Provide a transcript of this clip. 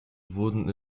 wurden